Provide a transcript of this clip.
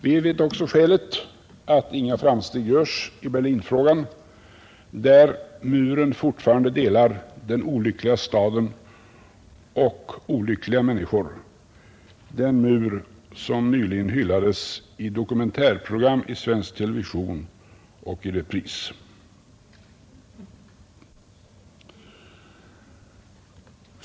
Vi vet också skälet: att inga framsteg görs i Berlinfrågan, där muren fortfarande delar den olyckliga staden och olyckliga människor, den mur som nyligen hyllades i ett dokumentärprogram i svensk television och i repris.